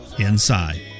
inside